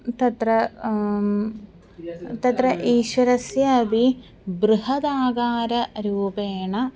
तत्र तत्र ईश्वरस्य अपि बृहदाकाररूपेण